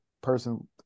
person